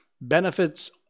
benefits